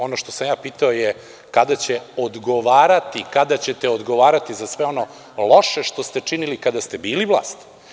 Ono što sam ja pitao jeste - kada ćete odgovarati za sve ono loše što ste činili kada ste bili vlast?